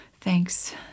Thanks